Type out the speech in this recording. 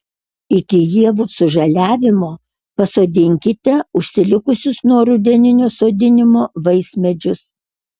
iki ievų sužaliavimo pasodinkite užsilikusius nuo rudeninio sodinimo vaismedžius